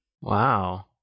Wow